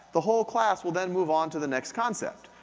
the whole class will then move on to the next concept,